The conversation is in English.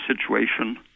situation